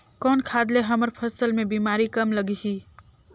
कौन खाद ले हमर फसल मे बीमारी कम लगही?